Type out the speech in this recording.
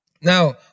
now